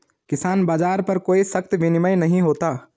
किसान बाज़ार पर कोई सख्त विनियम नहीं होता